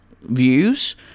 views